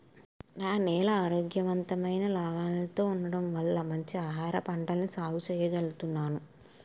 నా నేల ఆరోగ్యవంతమైన లవణాలతో ఉన్నందువల్ల మంచి ఆహారపంటల్ని సాగు చెయ్యగలుగుతున్నాను